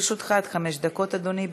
לרשותך עד חמש דקות, אדוני.